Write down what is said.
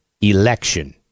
election